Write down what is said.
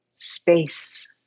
space